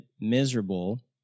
miserable